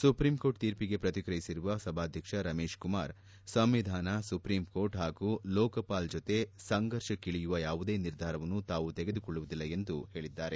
supreme court ತೀರ್ಪಿಗೆ ಪ್ರತಿಕ್ರಿಯಿಸಿರುವ ಸಭಾಧ್ಯಕ್ಷ ರಮೇಶ್ ಕುಮಾರ್ ಸಂವಿಧಾನ ಸುಪ್ರೀಂಕೋರ್ಟ್ ಹಾಗೂ ಲೋಕ್ಪಾಲ್ ಜೊತೆ ಸಂದರ್ಶಕ್ಕೀಳಿಯುವಂತಹ ಯಾವುದೇ ನಿರ್ಧಾರವನ್ನು ತಾವು ತೆಗೆದುಕೊಳ್ಳುವುದಿಲ್ಲ ಎಂದು ಹೇಳಿದ್ದಾರೆ